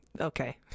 okay